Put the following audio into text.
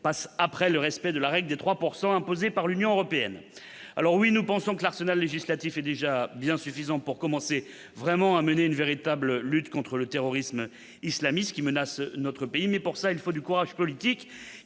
passe après le respect de la règle des 3 pourcent imposés imposés par l'Union européenne, alors oui, nous pensons que l'arsenal législatif est déjà bien suffisant pour commencer vraiment à mener une véritable lutte contre le terrorisme islamiste qui menace notre pays mais pour ça il faut du courage politique